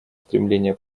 стремление